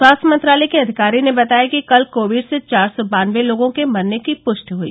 स्वास्थ्य मंत्रालय के अधिकारी ने बताया कि कल कोविड से चार सौ बानबे लोगों के मरने की पृष्टि हई